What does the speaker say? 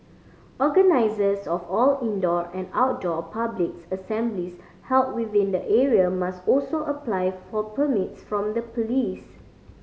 organisers of all indoor and outdoor public assemblies held within the area must also apply for permits from the police